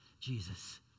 Jesus